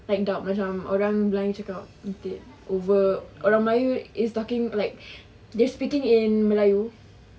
like dub macam orang lain cakap take over orang melayu is talking like they speaking in melayu